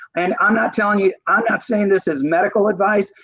and i'm not telling you, i'm not saying this is medical advice,